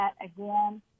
again